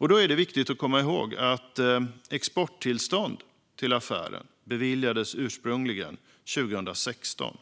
Det är viktigt att komma ihåg att exporttillstånd till affären beviljades ursprungligen 2016